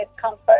comfort